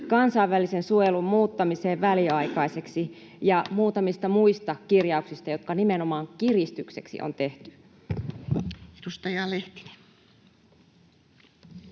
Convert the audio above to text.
kansainvälisen suojelun muuttamisesta väliaikaiseksi ja muutamista muista kirjauksista, jotka nimenomaan kiristykseksi on tehty. [Speech